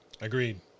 Agreed